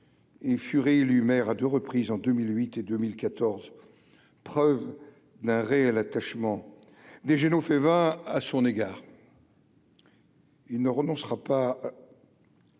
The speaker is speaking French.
et fut réélu maire à 2 reprises, en 2008 et 2014, preuve d'un réel attachement des jeunes au fait va à son égard. Il ne renoncera pas.